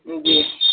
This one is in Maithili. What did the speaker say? जी